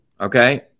okay